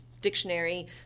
dictionary